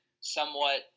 somewhat –